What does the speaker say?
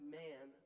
man